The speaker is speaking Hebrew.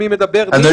אדוני